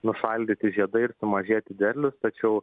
nušaldyti žiedai ir sumažėti derlius tačiau